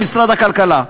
להיות במשרד הכלכלה.